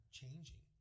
changing